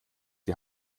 die